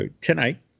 tonight